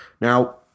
Now